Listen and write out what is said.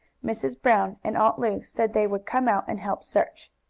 mrs. brown and aunt lu said they would come out and help search.